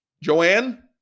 Joanne